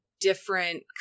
different